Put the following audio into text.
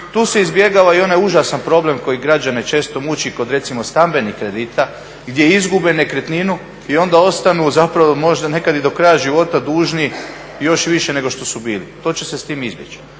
Tu se izbjegava i onaj užasan problem koji građane često muči kod recimo stambenih kredita gdje izgube nekretninu i onda ostanu zapravo možda nekad i do kraja života dužni još više nego što su bili. To će se s time izbjeći.